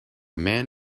man